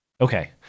Okay